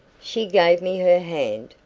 she gave me her hand.